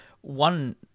One